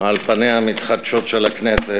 על פניה המתחדשות של הכנסת.